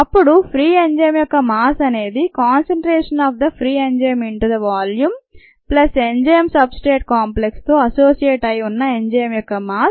అప్పడు free enzyme యొక్క mass అనేది concentration of the free enzyme into the volume plus enzyme substrate కాంప్లెక్స్తో associate అయి ఉన్న ఎంజైమ్ యొక్క మాస్